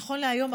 נכון להיום,